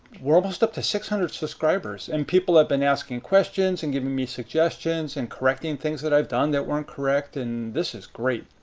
we're almost up to six hundred subscribers. and people have been asking questions and giving me suggestions, and correcting things i've done that weren't correct and this is great.